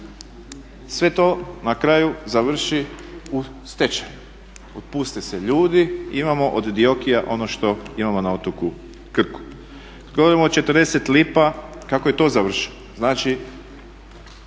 Sve to na kraju završi u stečaju, otpuste se ljudi. Imamo od DIOKI-a ono što imamo na otoku Krku. Govorimo o 40 lipa kako je to završilo? Znači